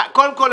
קודם כול,